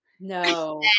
No